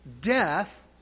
death